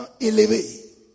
élevé